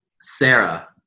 Sarah